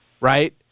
right